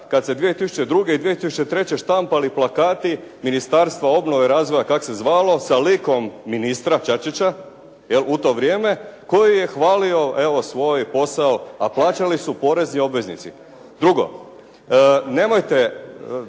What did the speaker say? kada se 2002. i 2003. štampali plakati Ministarstva obnove i razvoja, kako se zvalo, sa likom ministra Čačića, 'jel u to vrijeme, koji je hvalio evo svoj posao, a plaćali su porezni obveznici. Drugo. Nemojte